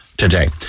today